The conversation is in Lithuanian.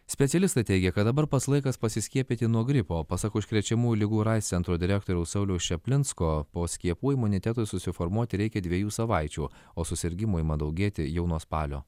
specialistai teigia kad dabar pats laikas pasiskiepyti nuo gripo pasak užkrečiamųjų ligų ir aids centro direktoriaus sauliaus čaplinsko po skiepų imunitetui susiformuoti reikia dviejų savaičių o susirgimų ima daugėti jau nuo spalio